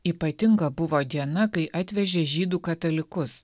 ypatinga buvo diena kai atvežė žydų katalikus